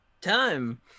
time